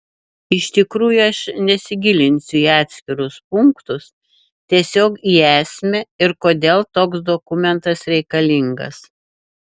iš tikrųjų aš nesigilinsiu į atskirus punktus tiesiog į esmę ir kodėl toks dokumentas reikalingas